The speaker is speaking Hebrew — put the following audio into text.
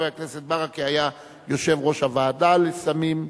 חבר הכנסת ברכה היה יושב-ראש הוועדה לסמים,